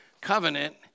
Covenant